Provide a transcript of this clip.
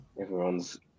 Everyone's